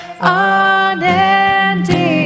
unending